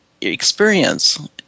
experience